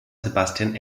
sebastian